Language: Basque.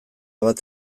bat